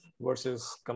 versus